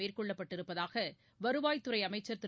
மேற்கொள்ளப்பட்டிருப்பதாக வருவாய்த்துறை அமைச்சர் திரு